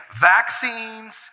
Vaccines